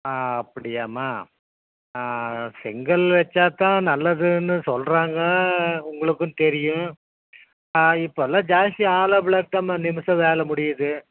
ஆ அப்படியாம்மா செங்கல் வச்சா தான் நல்லதுன்னு சொல்லுறாங்க உங்களுக்கும் தெரியும் இப்போ எல்லாம் ஜாஸ்தி ஆலோ பிளாக் தாம்மா நிமிஷ வேலை முடியுது